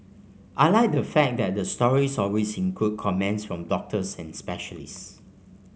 I like the fact that the stories always include comments from doctors and specialists